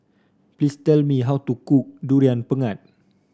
please tell me how to cook Durian Pengat